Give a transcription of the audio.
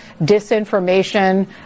disinformation